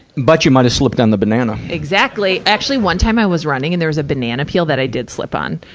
but you might have slipped on the banana. exactly. actually, one time i was running and there was a banana peel that i did slip on.